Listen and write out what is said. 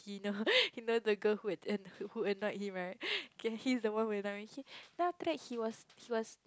he know he know the girl who annoyed him right K he's the one who everytime tell me after that he was he was